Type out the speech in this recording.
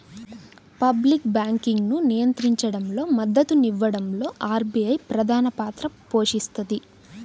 public బ్యాంకింగ్ను నియంత్రించడంలో, మద్దతునివ్వడంలో ఆర్బీఐ ప్రధానపాత్ర పోషిస్తది